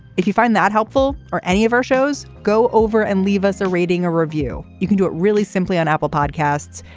if you find that helpful or any of our shows go over and leave us a reading a review. you can do it really simply on apple podcasts.